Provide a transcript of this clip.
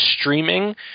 streaming